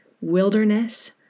wilderness